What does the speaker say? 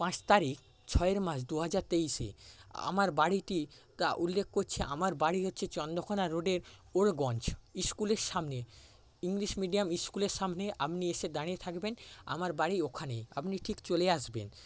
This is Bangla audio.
পাঁচ তারিখ ছয়ের মাস দু হাজার তেইশে আমার বাড়িটি উল্লেখ করছে আমার বাড়ি হচ্ছে চন্দ্রকোনা রোডের উরগঞ্জ ইস্কুলের সামনে ইংলিশ মিডিয়াম ইস্কুলের সামনে আপনি এসে দাঁড়িয়ে থাকবেন আমার বাড়ি ওখানেই আপনি ঠিক চলে আসবেন